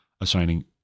assigning